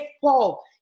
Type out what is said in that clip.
Paul